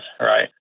Right